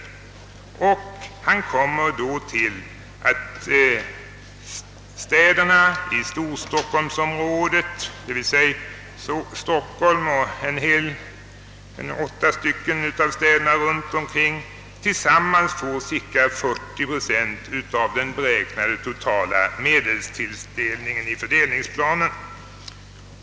Han kommer då fram till att städerna i storstockholmsområdet, d.v.s. Stockholm och åtta städer runt omkring, tillsammans får cirka 40 procent av den beräknade totala medelstilldelningen enligt fördelningsplanen.